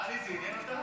טלי, זה עניין אותך?